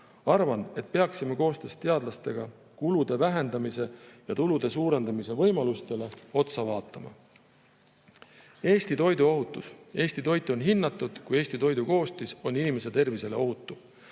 Arvan, et peaksime koostöös teadlastega kulude vähendamise ja tulude suurendamise võimalustele otsa vaatama. Eesti toiduohutus. Eesti toitu on hinnatud, Eesti toidu koostis on inimese tervisele ohutu.